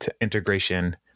Integration